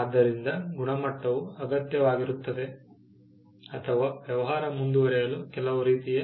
ಆದ್ದರಿಂದ ಗುಣಮಟ್ಟವು ಅಗತ್ಯವಾಗಿರುತ್ತದೆ ಅಥವಾ ವ್ಯವಹಾರ ಮುಂದುವರೆಯಲು ಕೆಲವು ರೀತಿಯ